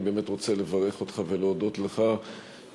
אני באמת רוצה לברך אותך ולהודות לך בוודאי